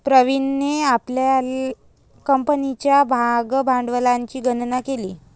प्रवीणने आपल्या कंपनीच्या भागभांडवलाची गणना केली